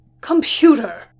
Computer